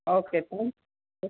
okay